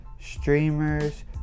streamers